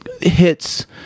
hits